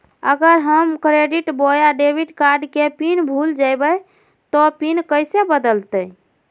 अगर हम क्रेडिट बोया डेबिट कॉर्ड के पिन भूल जइबे तो पिन कैसे बदलते?